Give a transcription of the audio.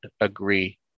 agree